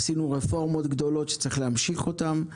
עשינו רפורמות גדולות שצריך להמשיך אותם.